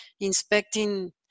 inspecting